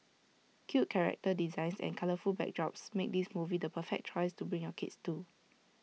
cute character designs and colourful backdrops make this movie the perfect choice to bring your kids to